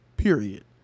Period